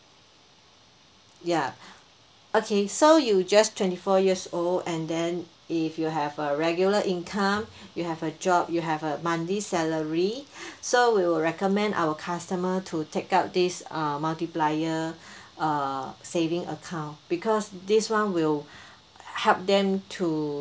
ya okay so you just twenty four years old and then if you have a regular income you have a job you have a monthly salary so we will recommend our customer to take up this um multiplier uh saving account because this one will help them to